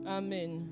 amen